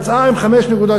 ויצאה עם 5.2,